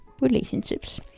relationships